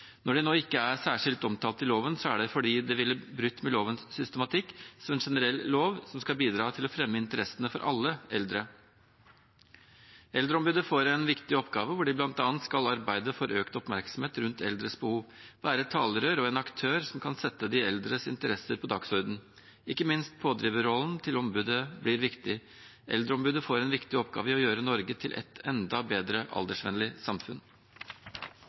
ikke er særskilt omtalt i loven, er det fordi det ville brutt med lovens systematikk som en generell lov som skal bidra til å fremme interessene til alle eldre. Eldreombudet får en viktig oppgave hvor de bl.a. skal arbeide for økt oppmerksomhet rundt eldres behov, være et talerør og en aktør som kan sette de eldres interesser på dagsordenen. Ikke minst pådriverrollen til ombudet blir viktig. Eldreombudet får en viktig oppgave i å gjøre Norge til et enda bedre aldersvennlig samfunn.